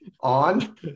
On